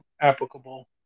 applicable